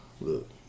Look